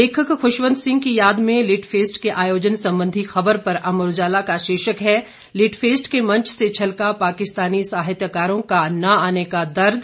लेखक ख्शवंत सिंह की याद में लिटफेस्ट के आयोजन संबंधी खबर पर अमर उजाला का शीर्षक है लिटफेस्ट के मंच से छलका पाकिस्तानी साहित्कारों का ना आने का दर्द